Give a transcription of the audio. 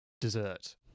dessert